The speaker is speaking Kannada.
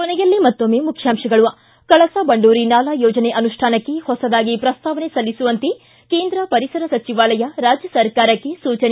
ಕೊನೆಯಲ್ಲಿ ಮತ್ತೊಮ್ಮೆ ಮುಖ್ಯಾಂತಗಳು ು ಕಳಸಾ ಬಂಡೂರಿ ನಾಲಾ ಯೋಜನೆ ಅನುಷ್ಠಾನಕ್ಕೆ ಹೊಸದಾಗಿ ಪ್ರಸ್ತಾವನೆ ಸಲ್ಲಿಸುವಂತೆ ಕೇಂದ್ರ ಪರಿಸರ ಸಚಿವಾಲಯ ರಾಜ್ಯ ಸರ್ಕಾರಕ್ಕೆ ಸೂಚನೆ